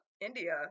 India